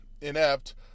inept